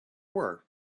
were